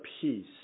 Peace